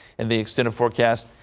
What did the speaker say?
and the extended forecast.